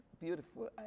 beautiful